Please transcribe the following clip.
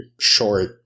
short